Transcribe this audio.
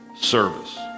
service